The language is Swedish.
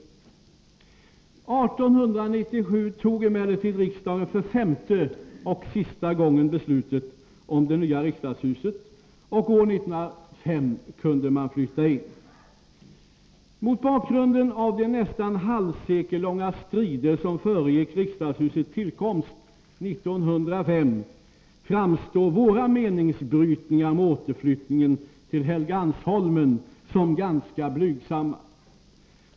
1897 tog emellertid riksdagen för femte och sista gången beslutet om det nya riksdagshuset, och år 1905 kunde man flytta in. Mot bakgrunden av de nästan halvsekellånga strider som föregick riksdagshusets tillkomst 1905 framstår våra meningsbrytningar om återflyttningen till Helgeandsholmen som ganska blygsamma.